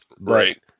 Right